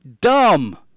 Dumb